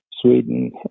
Sweden